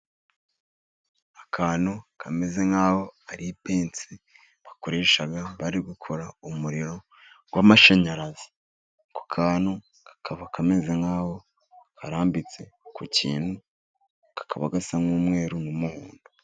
Akantu kameze nk'aho ari ipense bakoresha bari gukora umuriro w'amashanyarazi. Ako kantu kakaba kameze nk'aho karambitse ku kintu, kakaba gasa nk'umweru n'umuhondo.